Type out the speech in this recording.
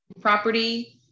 property